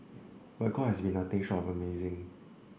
but God has been nothing short of amazing